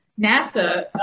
NASA